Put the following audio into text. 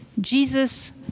Jesus